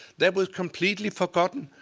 that was completely forgotten.